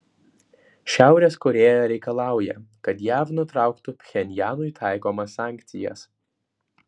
šiaurės korėja reikalauja kad jav nutrauktų pchenjanui taikomas sankcijas